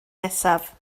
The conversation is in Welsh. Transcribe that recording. nesaf